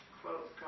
quote